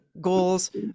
goals